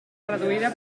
reduïda